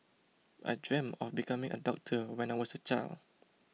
I dreamt of becoming a doctor when I was a child